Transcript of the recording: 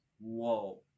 Whoa